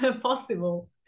possible